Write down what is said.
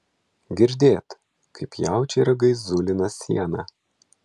girdėt kaip jaučiai ragais zulina sieną